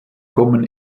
kommen